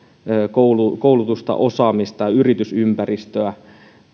koulutusta osaamista yritysympäristöä